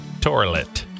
toilet